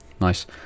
Nice